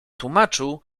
tłumaczył